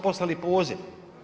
poslali poziv.